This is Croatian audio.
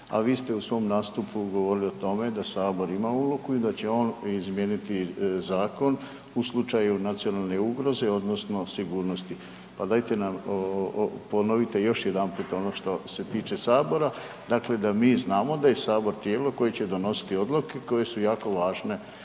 a vi ste u svom nastupu govorili o tome da Sabor ima ulogu i da će on izmijeniti zakon u slučaju nacionalne ugroze odnosno sigurnosti. Pa dajte nam ponovite još jedanput ono što se tiče Sabora, dakle, da mi znamo da je Sabor tijelo koje će donositi odluke koje su jako važne